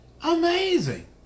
Amazing